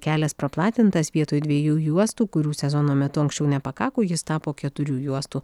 kelias praplatintas vietoj dviejų juostų kurių sezono metu anksčiau nepakako jis tapo keturių juostų